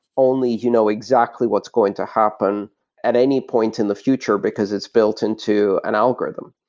only you know exactly what's going to happen at any point in the future because it's built into an algorithm.